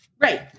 Right